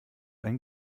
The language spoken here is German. ein